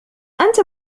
أنت